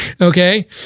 Okay